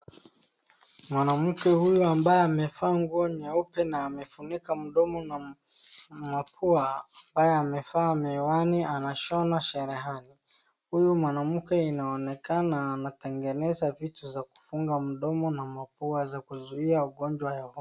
Mwanamke huyu ambaye amevaa nguo nyeupe na amefunika mdomo na mapua ambaye amevaa miwani anashona cherehani. Huyu mwanamke inaonekana anatengeneza vitu za kufunga mdomo na mapua za kuzuia ugonjwa ya homa.